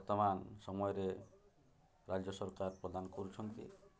ବର୍ତ୍ତମାନ ସମୟରେ ରାଜ୍ୟ ସରକାର ପ୍ରଦାନ କରୁଛନ୍ତି